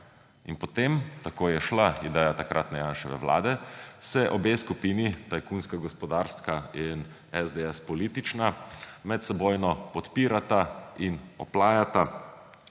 In potem, tako je šla ideja takratne Janševe vlade, se obe skupini, tajkunska – gospodarska in SDS – politična, medsebojno podpirata in oplajata